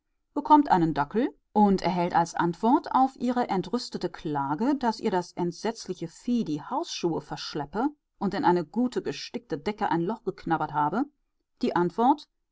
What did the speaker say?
bekommt einen dackel und erhält als antwort auf ihre entrüstete klage daß ihr das entsetzliche vieh die hausschuhe verschleppe und in eine gute gestickte decke ein loch geknabbert habe die antwort